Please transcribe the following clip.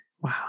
wow